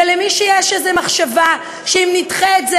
ומי שיש לו איזו מחשבה שאם נדחה את זה